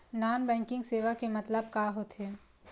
Non banking सेवा के मतलब का होथे?